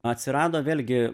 atsirado vėlgi